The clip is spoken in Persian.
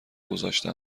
گذاشته